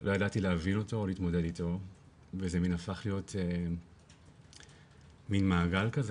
לא ידעתי להבין אותו או להתמודד איתו וזה הפך להיות מן מעגל כזה